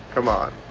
come on.